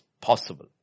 possible